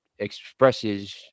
expresses